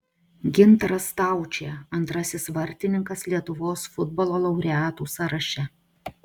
gintaras staučė antrasis vartininkas lietuvos futbolo laureatų sąraše